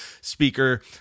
speaker